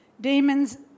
Demons